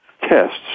tests